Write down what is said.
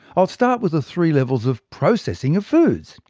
i'll start with the three levels of processing of foods.